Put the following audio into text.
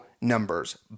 numbers